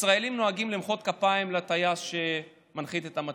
ישראלים נוהגים למחוא כפיים לטייס שמנחית את המטוס,